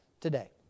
today